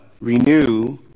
Renew